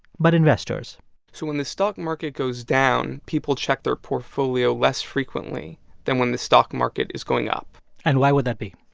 but investors so when the stock market goes down, people check their portfolio less frequently than when the stock market is going up and why would that be?